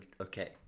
okay